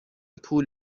پول